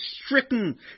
stricken